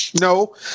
No